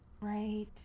Right